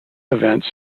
events